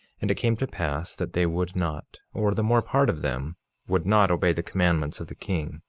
and it came to pass that they would not, or the more part of them would not, obey the commandments of the king.